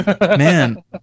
Man